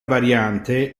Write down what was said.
variante